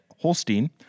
Holstein